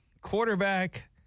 quarterback